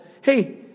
Hey